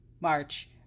March